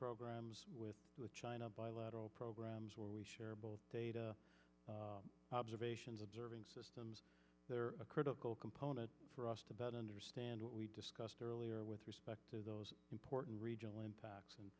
programs with the china bilateral programs where we shareable data observations observing systems that are a critical component for us to better understand what we discussed earlier with respect to those important regional impacts and